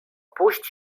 puść